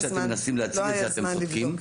בצורה שאתם מנסים להציג את זה אתם צודקים,